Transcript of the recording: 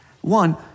One